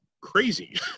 crazy